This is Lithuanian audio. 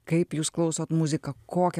kaip jūs klausot muziką kokią